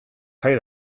jai